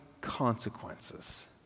consequences